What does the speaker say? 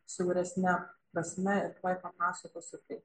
siauresne prasme ir tuoj papasakosiu kaip